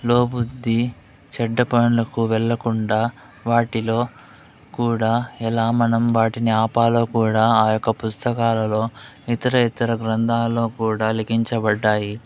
లో బుద్ధి చెడ్డ పనులకు వెళ్లకుండా వాటిలో కూడా ఎలా మనం వాటిని ఆపాలో కూడా ఆ యొక్క పుస్తకాలలో ఇతర ఇతర గ్రంథాల్లో కూడా లిఖించబడ్డాయి